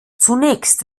zunächst